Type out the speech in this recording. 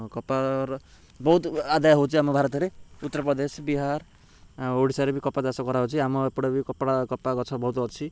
କପାର ବହୁତ ଆଦାୟ ହେଉଛି ଆମ ଭାରତ ରେ ଉତ୍ତରପ୍ରଦେଶ ବିହାର ଓଡ଼ିଶାରେ ବି କପା ଚାଷ କରାହଉଛି ଆମ ଏପଟେ ବି କପଡ଼ା କପା ଗଛ ବହୁତ ଅଛି